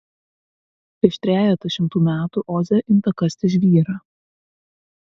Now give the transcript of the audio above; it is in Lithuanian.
prieš trejetą šimtų metų oze imta kasti žvyrą